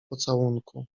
pocałunku